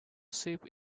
ship